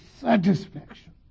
satisfaction